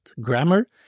grammar